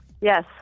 Yes